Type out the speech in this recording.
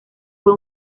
fue